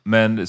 Men